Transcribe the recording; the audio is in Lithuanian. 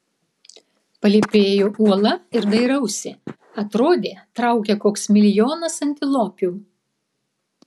palypėju uola ir dairausi atrodė traukia koks milijonas antilopių